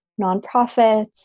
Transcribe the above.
nonprofits